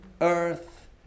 earth